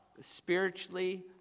spiritually